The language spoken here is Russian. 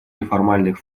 неформальных